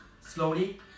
slowly